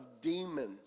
demons